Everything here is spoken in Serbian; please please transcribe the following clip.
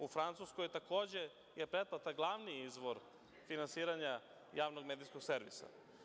U Francuskoj takođe je pretplata glavni izvor finansiranja javnog medijskog servisa.